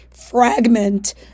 fragment